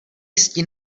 stín